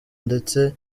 ndetse